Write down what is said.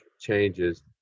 changes